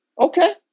Okay